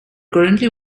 currently